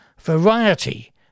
Variety